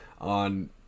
on